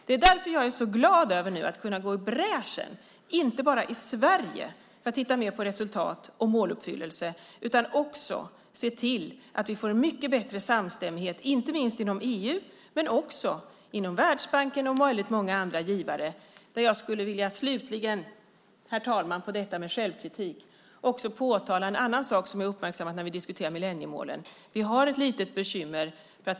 Jag är glad över att kunna gå i bräschen, inte bara i Sverige, för att titta mer på resultat och måluppfyllelse och se till att vi får en mycket bättre samstämmighet, inte minst inom EU men också inom Världsbanken och hos väldigt många andra givare. Herr talman! Jag skulle slutligen när det gäller självkritik påtala en annan sak som jag har uppmärksammat när vi diskuterar millenniemålen. Vi har ett litet bekymmer.